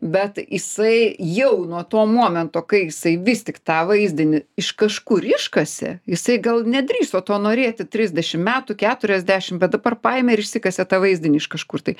bet jisai jau nuo to momento kai jisai vis tik tą vaizdinį iš kažkur iškasė jisai gal nedrįso to norėti trisdešim metų keturiasdešim bet dabar paėmė ir išsikasė tą vaizdinį iš kažkur tai